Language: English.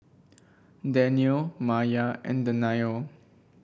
Daniel Maya and Danial